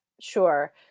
sure